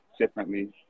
differently